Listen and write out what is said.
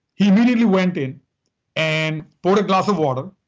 he immediately went in and poured a glass of water,